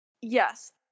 Yes